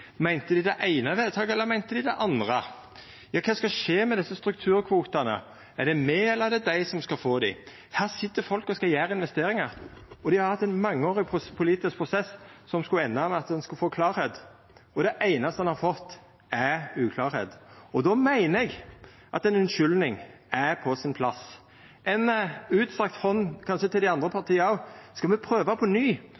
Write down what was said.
Meinte dei det eine vedtaket, eller meinte dei det andre? Kva skal skje med desse strukturkvotane? Er det me eller er det dei som skal få dei? Her sit det folk og skal gjera investeringar. Ein har hatt ein mangeårig politisk prosess som skulle enda med at ein fekk klarleik, og det einaste ein har fått, er uklarleik. Då meiner eg at ei unnskyldning er på sin plass. Og kanskje ei utstrekt hand til dei andre